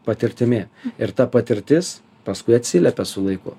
patirtimi ir ta patirtis paskui atsiliepia su laiku